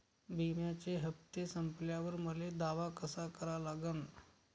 बिम्याचे हप्ते संपल्यावर मले दावा कसा करा लागन?